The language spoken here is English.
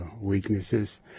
weaknesses